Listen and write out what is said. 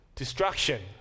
Destruction